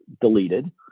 deleted